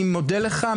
אני מודה לך,